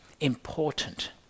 important